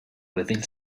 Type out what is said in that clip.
within